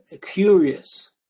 curious